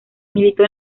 militó